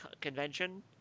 convention